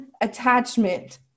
attachment